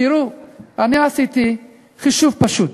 תראו, אני עשיתי חישוב פשוט: